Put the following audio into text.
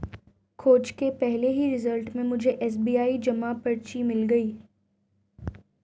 खोज के पहले ही रिजल्ट में मुझे एस.बी.आई जमा पर्ची मिल गई